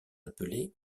appelés